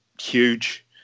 huge